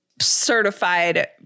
certified